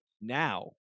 now